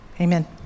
amen